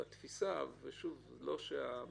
וזה לא דבר פשוט.